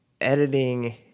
editing